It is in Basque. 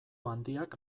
handiak